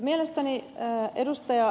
mielestäni ed